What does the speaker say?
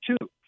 two